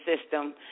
system